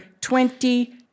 twenty